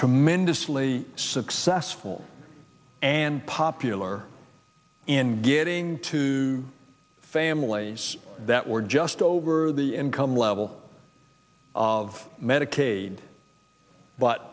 slee successful and popular in getting two families that were just over the income level of medicaid but